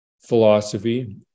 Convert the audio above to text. philosophy